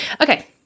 Okay